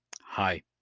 Hi